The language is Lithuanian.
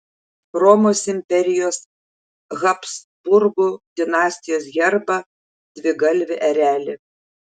romos imperijos habsburgų dinastijos herbą dvigalvį erelį